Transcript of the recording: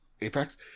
Apex